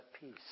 peace